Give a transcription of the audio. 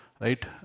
right